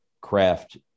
craft